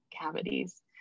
cavities